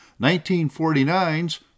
1949's